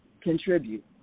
contribute